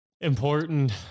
important